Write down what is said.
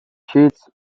sheets